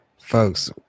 folks